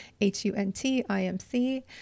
H-U-N-T-I-M-C